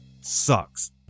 sucks